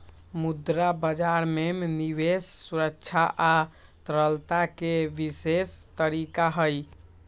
मुद्रा बजार में निवेश सुरक्षा आ तरलता के विशेष तरीका हई